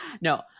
No